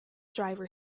driver